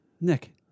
Nick